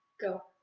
go